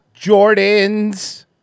Jordans